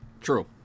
True